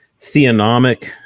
theonomic